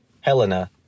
Helena